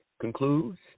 concludes